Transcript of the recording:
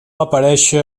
aparèixer